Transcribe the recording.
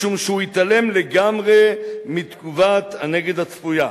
משום שהוא התעלם לגמרי מתגובת הנגד הצפויה".